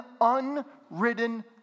unridden